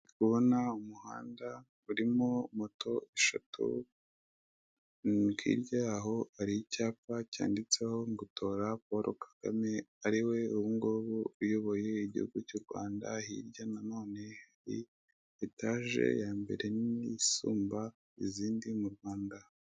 Ndabona umuhanda urimo moto eshatu, hirya yaho hari icyapa cyanditseho ngo tora Paul kagame ariwe ubungubu uyoboye igihugu cy'u Rwanda hirya nanone hari etaje ya mbere nini isumba izindi mu Rwanda.